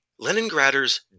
Leningraders